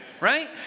Right